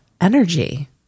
energy